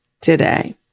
today